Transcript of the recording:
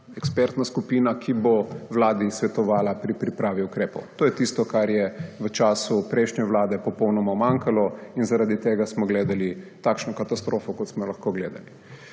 ekspertna skupina, ki bo vladi svetovala pri pripravi ukrepov. To je tisto, kar je v času prejšnje vlade popolnoma umanjkalo. In zaradi tega smo gledali takšno katastrofo, kot smo jo lahko gledali.